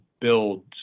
build